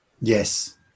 Yes